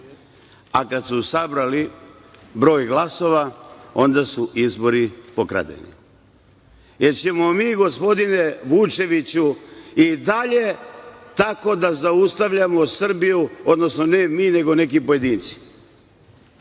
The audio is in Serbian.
a kad su sabrali broj glasova, onda su izbori pokradeni. Hoćemo li mi, gospodine Vučeviću, i dalje tako da zaustavljamo Srbiju, odnosno ne mi, nego neki pojedinci?